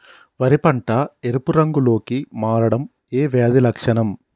వరి పంట ఎరుపు రంగు లో కి మారడం ఏ వ్యాధి లక్షణం?